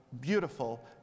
beautiful